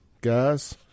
guys